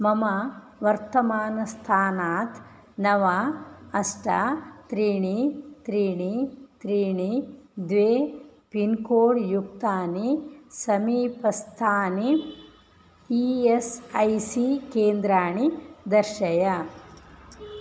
मम वर्तमानस्थानात् नव अष्ट त्रीणि त्रीणि त्रीणि द्वे पिन् कोड् युक्तानि समीपस्थानि ई एस् ऐ सी केन्द्राणि दर्शय